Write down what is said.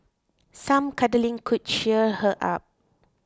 some cuddling could cheer her up